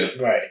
Right